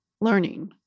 learning